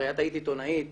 הרי את היית עיתונאית